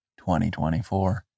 2024